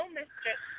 mistress